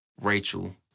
Rachel